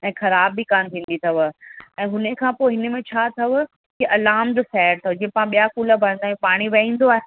ऐं ख़राबु बि कान थींदी अथव ऐं हुन खां पोइ इन में छा अथव की अलार्म जो फेट आहे जीअं पाण ॿिया कूलर भरींदा आहियूं पाणी बहिंदो आहे